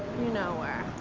know where.